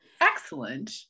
Excellent